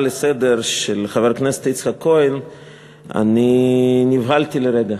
לסדר-היום של חבר הכנסת יצחק כהן נבהלתי לרגע.